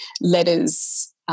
letters